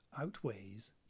outweighs